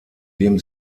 dem